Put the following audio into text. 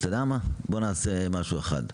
בוא נעשה משהו אחר.